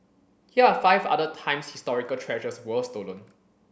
here are five other times historical treasures were stolen